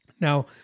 Now